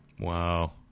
Wow